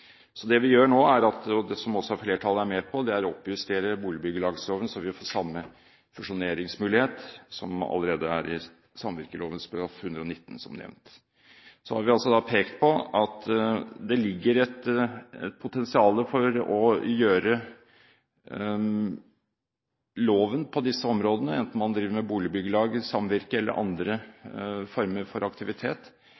Det vi gjør nå – og som også flertallet er med på – er å oppjustere boligbyggelagsloven, slik at vi får samme fusjoneringsmulighet som allerede er i samvirkeloven § 119, som nevnt. Vi har altså pekt på at det ligger et uutløst potensial – enten man driver med boligbyggelag, samvirke, eller andre former for aktivitet – for å